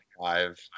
five